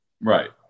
Right